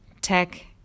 tech